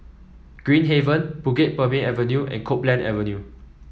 Green Haven Bukit Purmei Avenue and Copeland Avenue